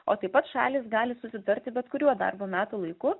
o taip pat šalys gali susitarti bet kuriuo darbo metų laiku